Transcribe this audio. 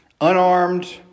unarmed